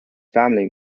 family